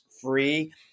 free